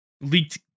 Leaked